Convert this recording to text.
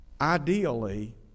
Ideally